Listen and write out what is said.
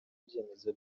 ibyemezo